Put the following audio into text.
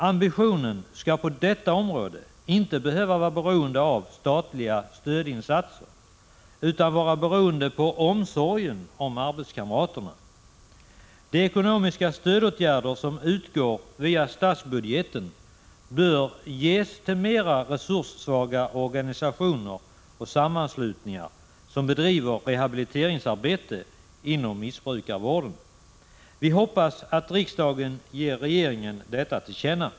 Ambitionen på detta område skall inte behöva vara beroende av statliga stödinsatser utan av omsorgen om arbetskamraterna. De ekonomiska stödåtgärder som utgår via statsbudgeten bör ges till mera resurssvaga organisationer och sammanslutningar som bedriver rehabiliteringsarbete inom missbrukarvården. Vi hoppas att riksdagen ger regeringen detta till känna.